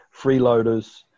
freeloaders